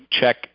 check